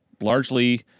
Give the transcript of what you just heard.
largely